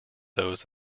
those